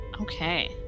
Okay